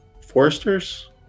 Foresters